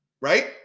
Right